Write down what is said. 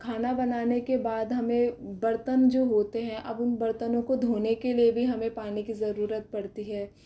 खाना बनाने के बाद हमें बर्तन जो होते है अब उन बर्तनों को धोने के लिए भी हमें पानी की ज़रुरत पड़ती है